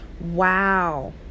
Wow